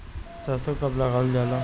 सरसो कब लगावल जाला?